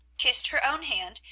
kissed her own hand,